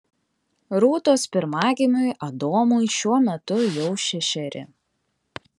rūtos pirmagimiui adomui šiuo metu jau šešeri